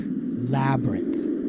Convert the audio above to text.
labyrinth